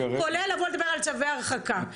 כולל לבוא לדבר על צווי הרחקה.